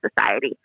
society